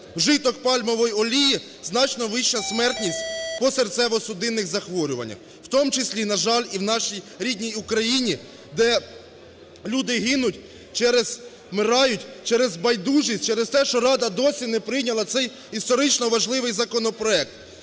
вжиток пальмової олії, значно вища смертність по серцево-судинних захворюваннях, у тому числі, на жаль, і в нашій рідній Україні, де люди гинуть, вмирають через байдужість, через те, що Рада досі не прийняла цей історично важливий законопроект.